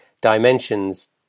dimensions